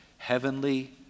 heavenly